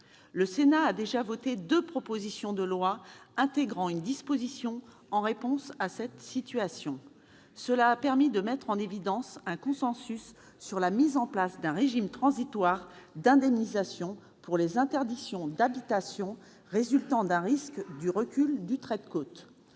Le Sénat a déjà voté deux propositions de loi intégrant une disposition en réponse à cette situation. Cela a permis de mettre en évidence un consensus sur la mise en place d'un régime transitoire d'indemnisation pour les interdictions d'habitation résultant d'un risque du recul du trait de côte.